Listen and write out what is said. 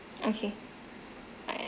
okay